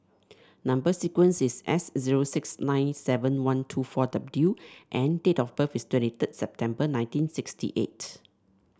number sequence is S zero six nine seven one two four W and date of birth is twenty third September nineteen sixty eight